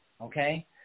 okay